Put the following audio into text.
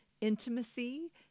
intimacy